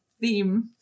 theme